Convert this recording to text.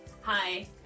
hi